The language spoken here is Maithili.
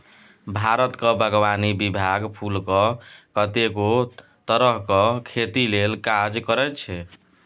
भारतक बागवानी विभाग फुलक कतेको तरहक खेती लेल काज करैत छै